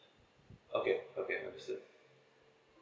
okay okay understood